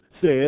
says